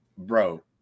Bro